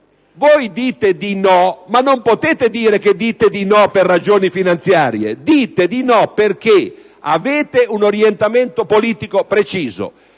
Voi dite di no, ma non potete dire che lo fate per ragioni finanziarie. Dite di no perché avete un orientamento politico preciso: